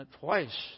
twice